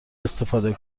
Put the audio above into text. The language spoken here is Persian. استفاده